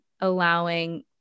allowing